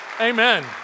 Amen